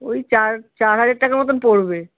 ওই চার চার হাজার টাকা মতন পড়বে